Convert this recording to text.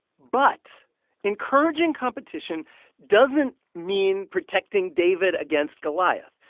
but encouraging competition doesn't mean protecting david against goliath.